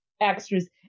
extras